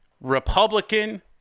Republican